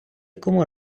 якому